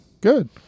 Good